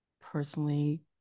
personally